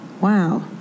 wow